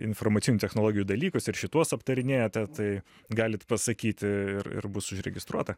informacinių technologijų dalykus ir šituos aptarinėjate tai galit pasakyti ir ir bus užregistruota